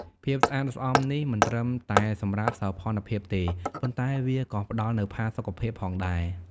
ភាពស្អាតស្អំនេះមិនត្រឹមតែសម្រាប់សោភ័ណភាពទេ ប៉ុន្តែវាក៏ផ្តល់នូវផាសុកភាពផងដែរ។